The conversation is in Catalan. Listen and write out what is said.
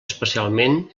especialment